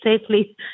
safely